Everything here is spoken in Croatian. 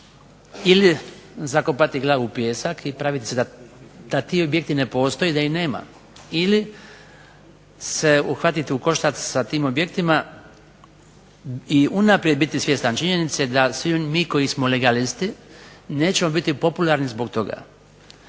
ili zakopati glavu u pijesak i praviti se da ti objekti ne postoje i da ih nema ili se uhvatiti u koštac sa tim objektima i unaprijed biti svjestan činjenice da svi mi koji smo legalisti nećemo biti popularni zbog toga